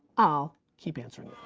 i'll keep answering